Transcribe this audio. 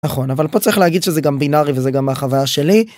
נכון אבל פה צריך להגיד שזה גם בינארי וזה גם מהחוויה שלי.